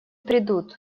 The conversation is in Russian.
придут